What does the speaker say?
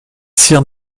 sir